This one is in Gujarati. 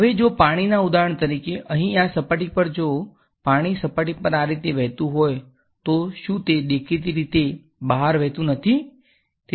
હવે જો પાણી ઉદાહરણ તરીકે અહીં આ સપાટી પર જો પાણી સપાટી પર આ રીતે વહેતું હોય તો શું તે દેખીતી રીતે બહાર વહેતું નથી